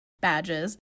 Badges